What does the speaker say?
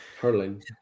Hurling